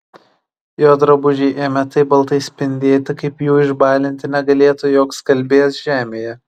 jo drabužiai ėmė taip baltai spindėti kaip jų išbalinti negalėtų joks skalbėjas žemėje